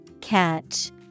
Catch